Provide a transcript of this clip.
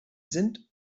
sind